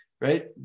right